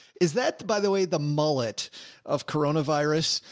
is that, by the way, the mullet of corona virus,